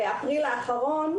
באפריל האחרון